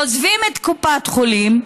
עוזבים את קופת החולים,